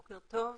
בוקר טוב,